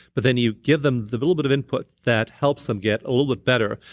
but then, you give them the little bit of input that helps them get a little bit better,